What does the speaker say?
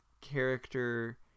character